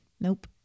Nope